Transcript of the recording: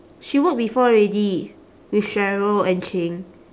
she work before already with cheryl and ching